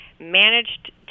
managed